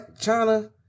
China